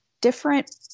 different